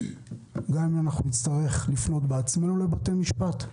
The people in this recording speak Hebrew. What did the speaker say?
גם אם נצטרך לפנות בעצמנו לבתי המשפט,